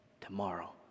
tomorrow